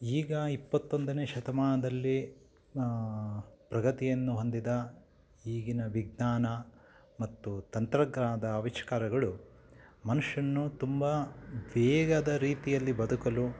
ಈಗ ಇಪ್ಪತ್ತೊಂದನೇ ಶತಮಾನದಲ್ಲಿ ಪ್ರಗತಿಯನ್ನು ಹೊಂದಿದ ಈಗಿನ ವಿಜ್ಞಾನ ಮತ್ತು ತಂತ್ರಜ್ಞಾನದ ಆವಿಷ್ಕಾರಗಳು ಮನುಷ್ಯನು ತುಂಬ ವೇಗದ ರೀತಿಯಲ್ಲಿ ಬದುಕಲು